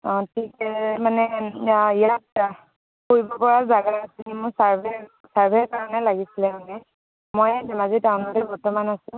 অঁ ঠিকে মানে ইয়াত ফুৰিব পৰা জাগা আছিল মোৰ ছাৰ্ভে ছাৰ্ভেৰ কাৰণে লাগিছিলে মানে মই ধেমাজি টাউনতে বৰ্তমান আছোঁ